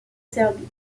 serbie